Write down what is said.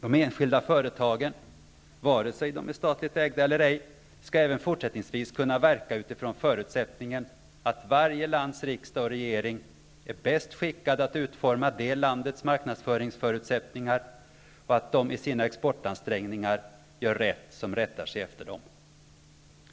De enskilda företagen, vare sig de är statligt ägda eller ej, skall även fortsättningsvis kunna verka utifrån förutsättningen att varje lands riksdag och regering är bäst skickade att utforma det landets marknadsföringsförutsättningar och att de i sina exportansträngningar gör rätt som rättar sig efter dem.